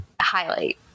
highlight